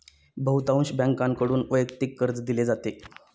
बहुतांश बँकांकडून वैयक्तिक कर्ज दिले जाते